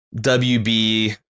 WB